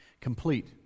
complete